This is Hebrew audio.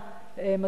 מדוע לא נותנים,